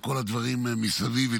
על כל הדברים מסביב,